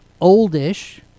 Oldish